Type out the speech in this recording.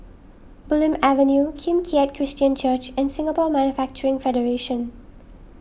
Bulim Avenue Kim Keat Christian Church and Singapore Manufacturing Federation